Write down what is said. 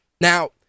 Now